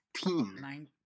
19